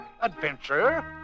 adventure